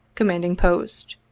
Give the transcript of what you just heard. commanding post.